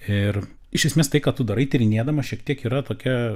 ir iš esmės tai ką tu darai tyrinėdama šiek tiek yra tokia